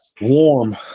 Warm